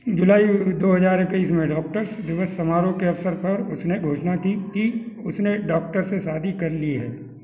जुलाई दो हज़ार इक्कीस में डॉक्टर्स दिवस समारोह के अवसर पर उसने घोषणा की कि उसने डॉक्टर से शादी कर ली है